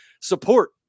Support